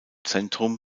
zentrum